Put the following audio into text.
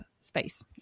space